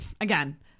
again